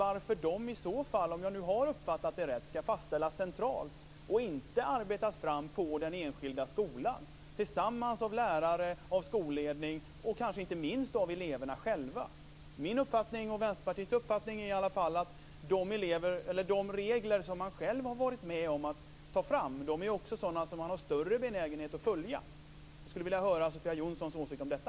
Om jag nu har uppfattat det här rätt undrar jag varför dessa skall fastställas centralt och inte arbetas fram på den enskilda skolan av lärare tillsammans med skolledning och, inte minst, eleverna själva. Min och Vänsterpartiets uppfattning är i alla fall att man har större benägenhet att följa de regler som man själv har varit med om att ta fram. Jag skulle vilja höra Sofia Jonssons åsikt om detta.